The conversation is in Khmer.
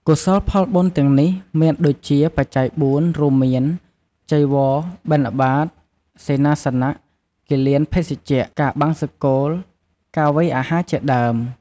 កុសលផលបុណ្យទាំងនេះ មានដូចជាបច្ច័យបួន រួមមាន ចីវរ បិណ្ឌបាត សេនាសនៈ គិលានភេសជ្ជៈ ការបង្សុកូល ការវេអាហារជាដើម។